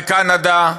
בקנדה,